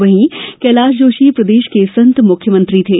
वहीं कैलाश जोशी प्रदेश के संत मुख्यमंत्री थे